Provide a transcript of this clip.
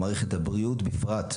ומערכת הבריאות בפרט,